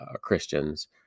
Christians